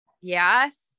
Yes